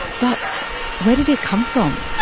but where did it come from?